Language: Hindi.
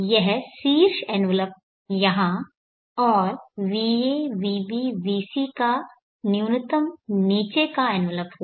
यह शीर्ष एनवलप यहाँ और va vb vc का न्यूनतम नीचे का एनवलप होगा